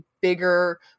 bigger